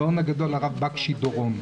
הגאון הגדול הרב בקשי דורון,